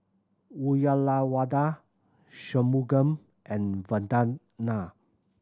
Uyyalawada Shunmugam and Vandana